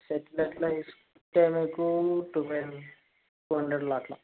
set అట్లా వేసుకుంటే మీకు టూ టూ హండ్రెడ్లో అట్లా